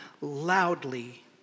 loudly